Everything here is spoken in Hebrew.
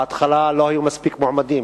בהתחלה לא היו מספיק מועמדים.